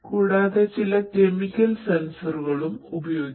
കൂടാതെ ചില കെമിക്കൽ സെൻസറുകളും ഉപയോഗിക്കാം